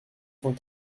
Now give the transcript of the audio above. cent